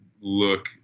look